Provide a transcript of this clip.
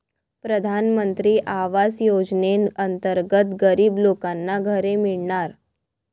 प्रधानमंत्री आवास योजनेअंतर्गत गरीब लोकांना घरे मिळणार